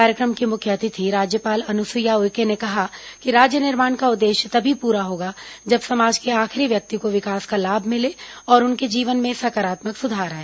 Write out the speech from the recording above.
कार्यक्रम की मुख्य अतिथि राज्यपाल अनुसुईया उइके ने कहा कि राज्य निर्माण का उद्देश्य तभी पूरा होगा जब समाज के आखिरी व्यक्ति को विकास का लाम मिले और उनके जीवन में सकारात्मक सुधार आए